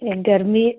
यह गर्मी